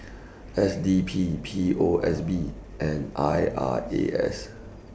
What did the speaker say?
S D P P O S B and I R A S